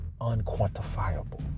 unquantifiable